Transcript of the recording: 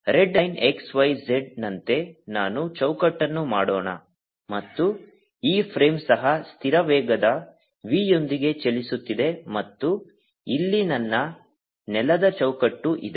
red line x y z ನಂತೆ ನಾನು ಚೌಕಟ್ಟನ್ನು ಮಾಡೋಣ ಮತ್ತು ಈ ಫ್ರೇಮ್ ಸಹ ಸ್ಥಿರ ವೇಗದ v ಯೊಂದಿಗೆ ಚಲಿಸುತ್ತಿದೆ ಮತ್ತು ಇಲ್ಲಿ ನನ್ನ ನೆಲದ ಚೌಕಟ್ಟು ಇದೆ